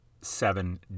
seven